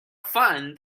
fun